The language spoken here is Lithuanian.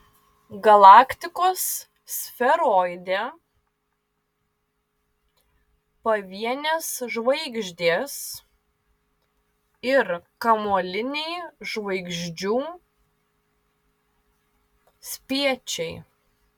galaktikos sferoide pavienės žvaigždės ir kamuoliniai žvaigždžių spiečiai